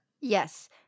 Yes